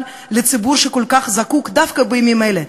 לציבור שכל כך זקוק להם דווקא בימים אלה.